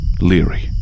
Leary